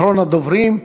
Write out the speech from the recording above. אחרון הדוברים.